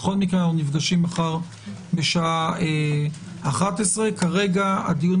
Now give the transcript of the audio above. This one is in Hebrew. אנחנו נפגשים מחר בשעה 11:00. כרגע הדיון